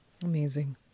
Amazing